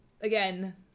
again